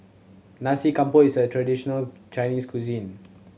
Nasi Campur is a traditional Chinese cuisine